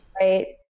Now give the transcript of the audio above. Right